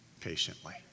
patiently